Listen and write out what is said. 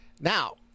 Now